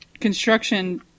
construction